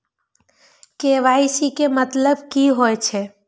KYC के मतलब कि होई छै?